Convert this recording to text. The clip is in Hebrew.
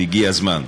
הגיע הזמן,